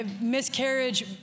miscarriage